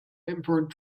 import